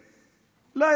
לא,